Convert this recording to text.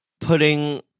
putting